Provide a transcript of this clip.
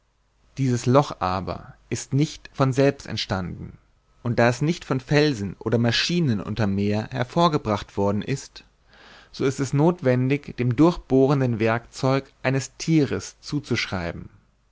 dieses loch aber ist nicht von selbst entstanden und da es nicht von felsen oder maschinen unter'm meer hervorgebracht worden ist so ist es nothwendig dem durchbohrenden werkzeug eines thieres zuzuschreiben